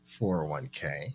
401k